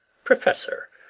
professor,